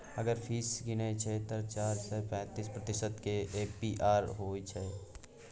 अगर फीस गिनय छै तए चारि सय पैंतीस प्रतिशत केर ए.पी.आर होइ छै